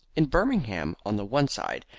in birmingham on the one side,